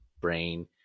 brain